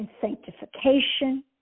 sanctification